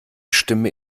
stimme